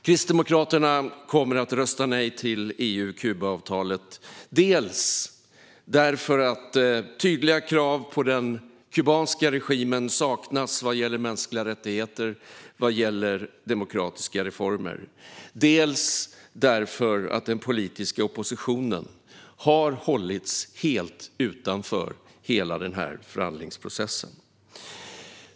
Kristdemokraterna kommer att rösta nej till EU-Kuba-avtalet, dels därför att tydliga krav på den kubanska regimen saknas vad gäller mänskliga rättigheter och demokratiska reformer, dels därför att den politiska oppositionen har hållits helt utanför förhandlingsprocessen.